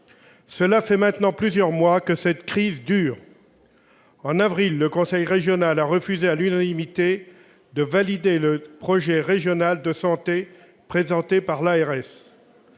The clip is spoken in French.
Cela fait plusieurs mois que cette crise dure. En avril, le conseil régional a refusé à l'unanimité de valider le projet régional de santé présenté par l'ARS.